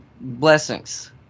blessings